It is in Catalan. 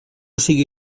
sigui